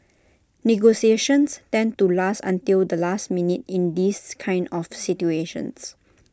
negotiations tend to last until the last minute in these kind of situations